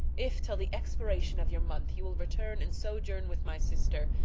if, till the expiration of your month, you will return and sojourn with my sister,